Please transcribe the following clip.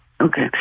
Okay